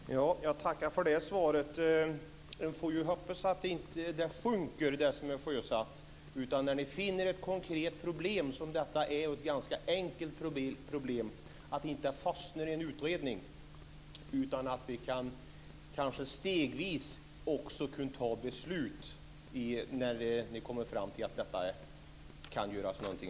Fru talman! Jag tackar för svaret. Man får hoppas att det som är sjösatt inte sjunker. När ni finner ett konkret och ganska enkelt problem som detta är får det inte fastna i en utredning, utan vi kan kanske stegvis fatta beslut när ni kommer fram till att detta kan göras något åt.